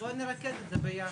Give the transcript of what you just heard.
בוא נרכז את זה ביחד.